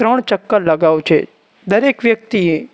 ત્રણ ચક્કર લગાવું છે દરેક વ્યક્તિએ